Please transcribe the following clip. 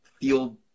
feel